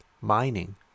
mining